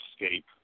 escape